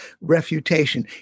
refutation